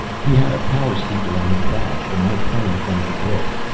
he had a power speaker on his back, the mike hung in front of his lips.